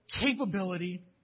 capability